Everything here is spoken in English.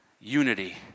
Unity